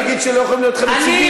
אז אל תגיד שלא יכולים להיות לך נציגים.